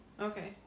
Okay